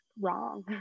wrong